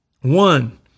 One